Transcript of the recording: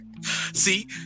See